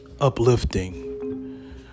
uplifting